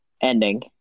ending